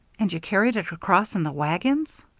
and you carried it across in the wagons?